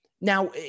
Now